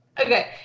Okay